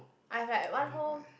I have like one whole